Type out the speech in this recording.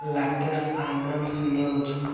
latest finance news